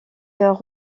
leurs